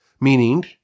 Meaning